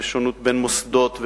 ושונות בין מוסדות,